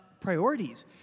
priorities